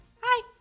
Hi